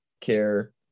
care